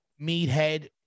meathead